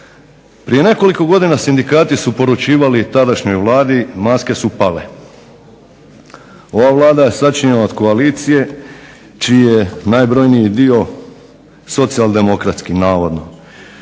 Prije nekoliko godina sindikati su poručivali tadašnjoj Vladi "Maske su pale". Ova Vlada je sačinjena od koalicija čiji je najveći dio socijaldemokratski navodno,